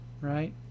right